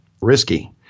risky